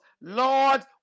Lord